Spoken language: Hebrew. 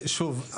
שוב,